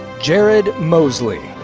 jared moseley.